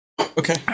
Okay